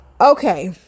Okay